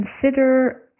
consider